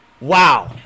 Wow